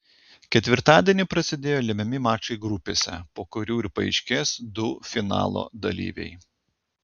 ketvirtadienį prasidėjo lemiami mačai grupėse po kurių ir paaiškės du finalo dalyviai